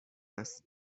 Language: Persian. است